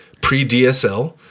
pre-DSL